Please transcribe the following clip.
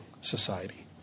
society